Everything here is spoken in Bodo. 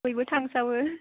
बयबो थांसावो